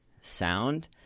sound